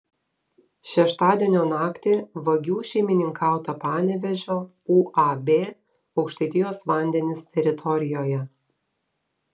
šeštadienio naktį vagių šeimininkauta panevėžio uab aukštaitijos vandenys teritorijoje